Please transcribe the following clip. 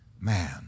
man